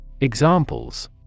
Examples